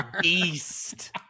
beast